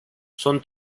son